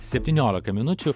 septyniolika minučių